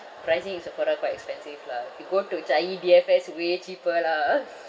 pricing in sephora quite expensive lah you go to changi D_F_S way cheaper lah